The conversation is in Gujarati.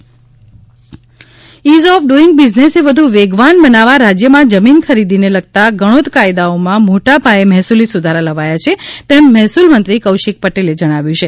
કૌશિકપટેલ જમીન સૂધારા ઈઝ ઓફ ડુઈંગ બીઝનેસને વધુ વેગવાન બનાવવા રાજ્યમાં જમીન ખરીદીને લગતા ગણોત કાયદાઓમાં મોટાપાયે મહેસૂલી સુધારા લવાયા છે તેમ મહેસુલ મંત્રી કૌશિકપટેલે જણાવ્યુ છે